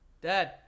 Dad